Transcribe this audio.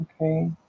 okay